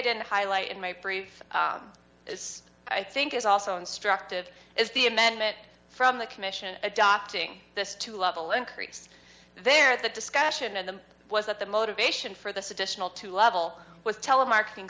didn't highlight in my brief this i think is also instructive is the amendment from the commission adopting this two level increase there the discussion of them was that the motivation for this additional to level with telemarketing